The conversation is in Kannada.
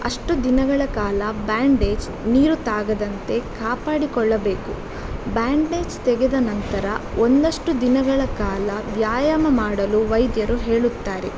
ಅಷ್ಟು ದಿನಗಳ ಕಾಲ ಬ್ಯಾಂಡೇಜ್ ನೀರು ತಾಗದಂತೆ ಕಾಪಾಡಿಕೊಳ್ಳಬೇಕು ಬ್ಯಾಂಡೇಜ್ ತೆಗೆದ ನಂತರ ಒಂದಷ್ಟು ದಿನಗಳ ಕಾಲ ವ್ಯಾಯಾಮ ಮಾಡಲು ವೈದ್ಯರು ಹೇಳುತ್ತಾರೆ